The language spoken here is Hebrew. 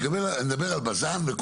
אני מדבר על בז"ן.